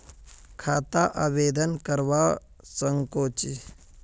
खाता आवेदन करवा संकोची?